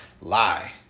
Lie